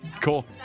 Cool